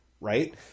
right